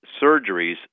surgeries